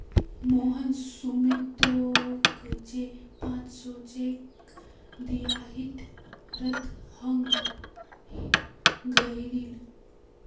मोहन सुमीतोक जे पांच सौर चेक दियाहिल रद्द हंग गहील